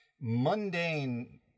mundane